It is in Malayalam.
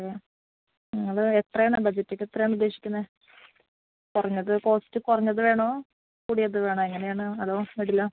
അത നിങ്ങള് എത്രയാണ് ബഡ്ജറ്റൊക്കെ എത്രയാണ് ഉദ്ദേശിക്കുന്നത് കുറഞ്ഞത് കോസ്റ്റ് കുറഞ്ഞത് വേണോ കൂടിയത് വേണോ എങ്ങനെയാണ് അതോ മിഡിലോ